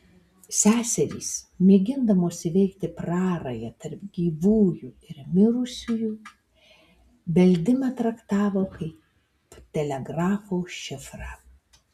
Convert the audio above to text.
seserys mėgindamos įveikti prarają tarp gyvųjų ir mirusiųjų beldimą traktavo kaip telegrafo šifrą